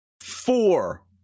Four